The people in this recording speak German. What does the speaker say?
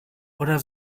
oder